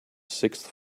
sixth